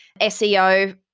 SEO